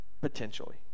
Potentially